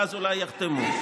ואז אולי יחתמו.